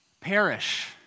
perish